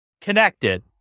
connected